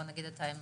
בוא נגיד את האמת,